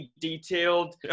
detailed